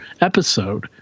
episode